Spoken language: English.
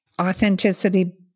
Authenticity